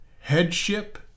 headship